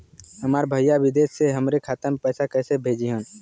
हमार भईया विदेश से हमारे खाता में पैसा कैसे भेजिह्न्न?